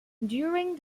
during